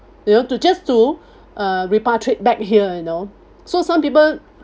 you know to just to uh repatriate back here you know so some people